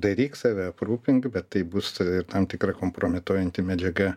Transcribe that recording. daryk save aprūpink bet tai bus ir tam tikra kompromituojanti medžiaga